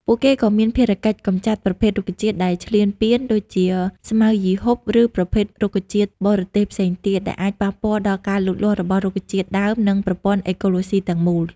ពួកគេក៏មានភារកិច្ច កម្ចាត់ប្រភេទរុក្ខជាតិដែលឈ្លានពាន ដូចជាស្មៅយីហ៊ុប ឬប្រភេទរុក្ខជាតិបរទេសផ្សេងទៀត ដែលអាចប៉ះពាល់ដល់ការលូតលាស់របស់រុក្ខជាតិដើម និងប្រព័ន្ធអេកូឡូស៊ីទាំងមូល។